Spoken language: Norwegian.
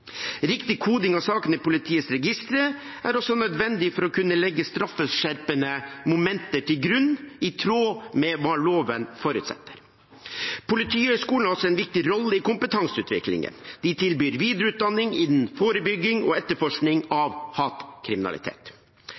Riktig koding av sakene i politiets registre er også nødvendig for å kunne legge straffeskjerpende momenter til grunn, i tråd med hva loven forutsetter. Politihøgskolen har også en viktig rolle i kompetanseutviklingen. De tilbyr videreutdanning innen forebygging og etterforskning av hatkriminalitet.